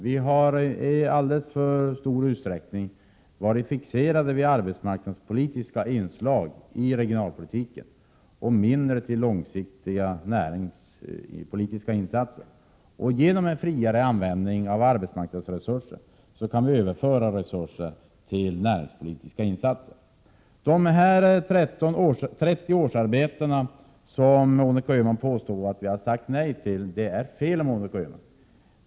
Vi har i alldeles för stor utsträckning varit fixerade vid arbetsmarknadspolitiska inslag i regionalpolitiken och mindre litat till långsiktiga näringspolitiska insatser. Genom en friare användning av arbetsmarknadsresurserna kan vi överföra resurser till näringspolitiska insatser. Monica Öhman påstod att vi hade sagt nej till 30 årsarbeten. Detta är fel!